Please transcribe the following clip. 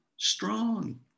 strong